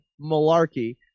malarkey